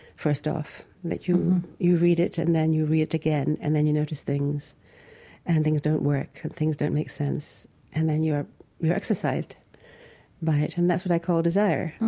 first off. but you you read it and then you read it again and then you notice things and things don't work and things don't make sense and then you're you're exorcised by it. and that's what i call desire,